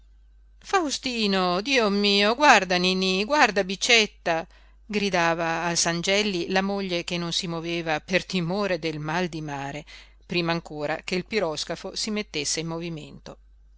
faustino dio mio guarda niní guarda bicetta gridava al sangelli la moglie che non si moveva per timore del mal di mare prima ancora che il piroscafo si mettesse in movimento